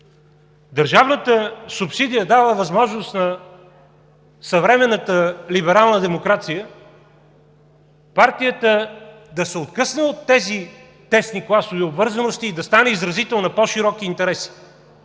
Държавната субсидия дава възможност на съвременната либерална демокрация партията да се откъсне от тези тесни класови обвързаности и да стане изразител на по-широки интереси.